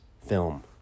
film